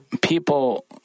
people